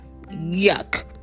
Yuck